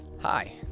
hi